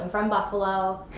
from buffalo.